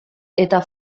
eta